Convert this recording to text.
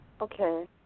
okay